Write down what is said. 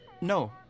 No